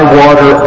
water